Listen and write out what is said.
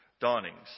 Dawnings